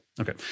Okay